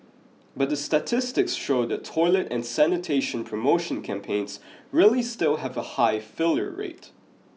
but the statistics show that toilet and sanitation promotion campaigns really still have a high failure rate